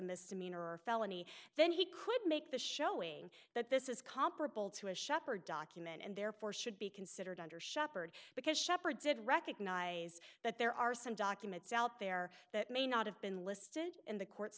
misdemeanor or felony then he could make the showing that this is comparable to a shopper document and therefore should be considered under shepherd because shepard did recognize that there are some documents out there that may not have been listed in the court's